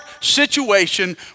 situation